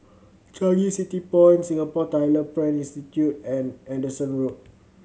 Changi City Point Singapore Tyler Print Institute and Anderson Road